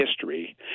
history